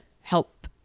help